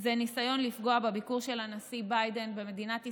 זה ניסיון לפגוע בביקור של הנשיא ביידן במדינת ישראל,